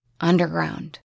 underground